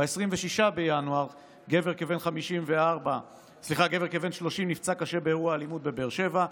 ב-26 בינואר גבר כבן 30 נפצע קשה באירוע אלימות בבאר שבע,